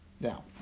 Now